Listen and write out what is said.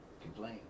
complain